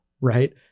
right